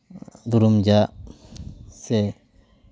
ᱫᱩᱨᱩᱢ ᱡᱟᱜ ᱥᱮ